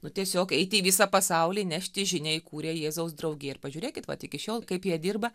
nu tiesiog eit į visą pasaulį nešti žinią įkūrė jėzaus draugiją ir pažiūrėkit vat iki šiol kaip jie dirba